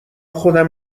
خودم